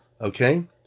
Okay